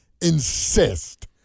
insist